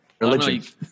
religion